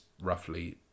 roughly